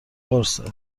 قرصه